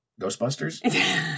Ghostbusters